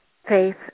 faith